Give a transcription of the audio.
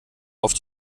auf